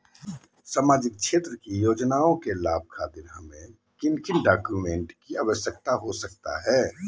सामाजिक क्षेत्र की योजनाओं के लाभ खातिर हमें किन किन डॉक्यूमेंट की आवश्यकता हो सकता है?